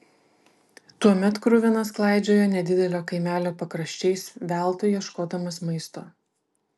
tuomet kruvinas klaidžiojo nedidelio kaimelio pakraščiais veltui ieškodamas maisto